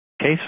case